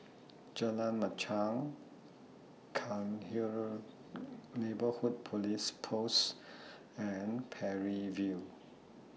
Jalan Machang Cairnhill Neighbourhood Police Post and Parry View